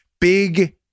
Big